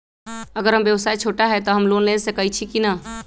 अगर हमर व्यवसाय छोटा है त हम लोन ले सकईछी की न?